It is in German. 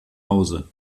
hause